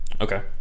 Okay